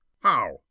How